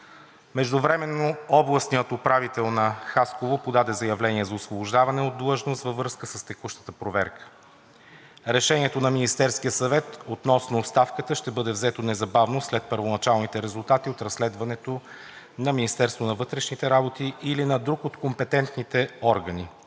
Междувременно областният управител на Хасково подаде заявление за освобождаване от длъжност във връзка с текущата проверка. Решението на Министерския съвет относно оставката ще бъде взето незабавно след първоначалните резултати от разследването на Министерството на вътрешните работи или на друг от компетентните органи.